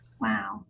wow